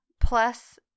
Plus